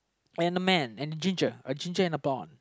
and a man and a ginger a ginger in a barn